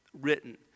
written